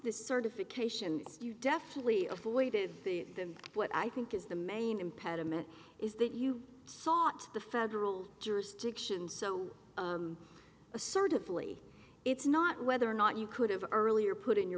the certification you definitely avoid it then what i think is the main impediment is that you thought the federal jurisdiction so assertively it's not whether or not you could have earlier put in your